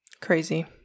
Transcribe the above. Crazy